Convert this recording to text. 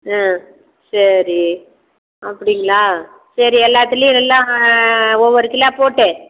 ஆ சரி அப்படிங்களா சரி எல்லாத்துலையும் எல்லாம் ஒவ்வொரு கிலோ போட்டு